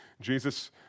Jesus